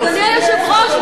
אדוני היושב-ראש,